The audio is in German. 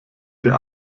der